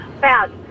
Bad